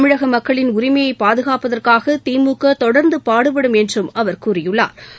தமிழக மக்களின் உரிமையை பாதுகாப்பதற்காக திமுக தொடர்ந்து பாடுபடும் என்றும் அவர் கூறியுள்ளா்